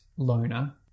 loner